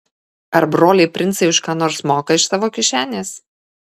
ar broliai princai už ką nors moka iš savo kišenės